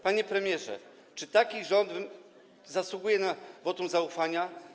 Panie premierze, czy taki rząd zasługuje na wotum zaufania?